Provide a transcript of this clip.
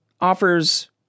offers